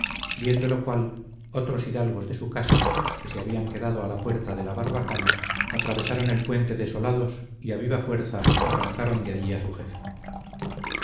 viendo lo cual otros hidalgos de su casa que se habían quedado a la puerta de la barbacana atravesaron el puente desalados y a viva fuerza arrancaron de allí a su jefe